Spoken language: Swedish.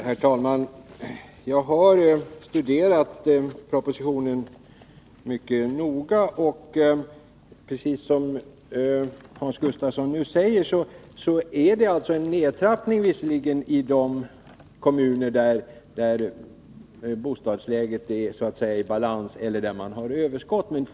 Herr talman! Jag har studerat propositionen mycket noga. Som Hans Gustafsson säger är det visserligen fråga om en nedtrappning i de kommuner där bostadsläget är i balans eller där man har överskott på lägenheter.